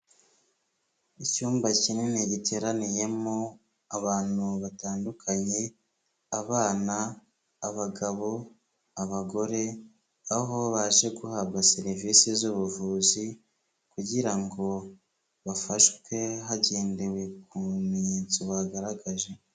Icyumba kinini giteraniyemo abantu batandukanye; abana, abagabo, abagore, aho baje guhabwa serivisi z'ubuvuzi, kugira ngo bafashwe hagendewe ku bimenyetso bagaragaje.